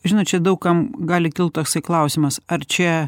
žinot čia daug kam gali kilt klausimas ar čia